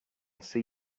see